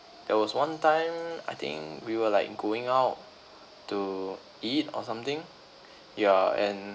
there was one time I think we were like going out to eat or something yeah and